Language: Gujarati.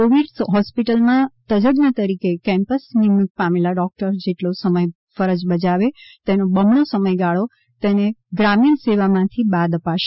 ક્રોવિડ હોસ્પિટલમાં તજઝ્ન તરીકે કેમ્પસ નિમણૂક પામેલ ડોક્ટર જેટલો સમય ફરજ બજાવે તેનો બમણો સમયગાળો તેને ગ્રામીણ સેવા માંથી બાદ અપાશે